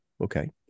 Okay